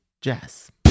jazz